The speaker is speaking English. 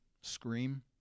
scream